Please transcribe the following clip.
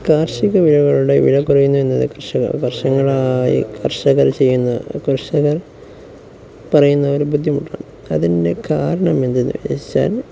കാർഷിക വിളകളുടെ വില കുറയുന്നു എന്നതു കർഷകര് വർഷങ്ങളായി കർഷകർ ചെയ്യുന്ന കർഷകർ പറയുന്ന ഒരു ബുദ്ധിമുട്ടാണ് അതിൻ്റെ കാരണം എന്തെന്നു വിചാരിച്ചാൽ